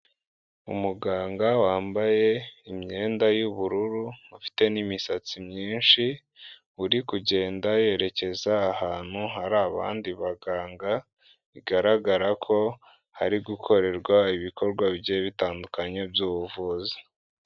Umuganga wambaye imyenda y'ubururu ufite n'imisatsi myinshi, uri kugenda yerekeza ahantu hari abandi baganga. Bigaragara ko hari gukorerwa ibikorwa bigiye bitandukanye by'ubuvuzi.